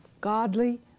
godly